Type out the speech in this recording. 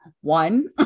one